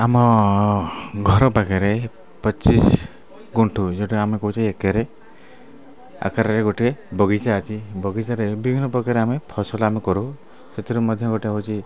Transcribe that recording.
ଆମ ଘର ପାଖେରେ ପଚିଶ ଗୁଣ୍ଠୁ ଯେଉଁଟା ଆମେ କହୁଛେ ଏକେରେ ଆକାରରେ ଗୋଟେ ବଗିଚା ଅଛି ବଗିଚାରେ ବିଭିନ୍ନ ପ୍ରକାର ଆମେ ଫସଲ ଆମେ କରୁ ସେଥିରୁ ମଧ୍ୟ ଗୋଟେ ହଉଛି